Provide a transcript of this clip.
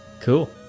Cool